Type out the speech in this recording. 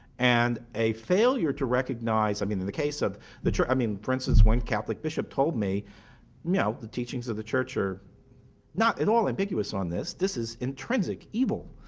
and a failure to recognize i mean in the case of the chur i mean, for instance, one catholic bishop told me yeah the teachings of the church are not at all ambiguous on this. this is intrinsic evil.